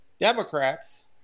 Democrats